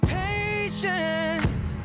patient